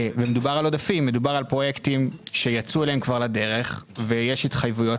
מדובר על עודפים על פרויקטים שיצאו לדרך ויש התחייבויות.